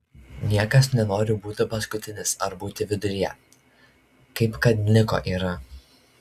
niekas nenori būti paskutinis ar būti viduryje kaip kad niko yra